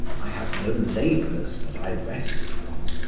i had no labours that i rested from,